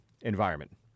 environment